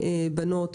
בנות,